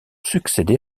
succédé